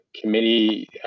committee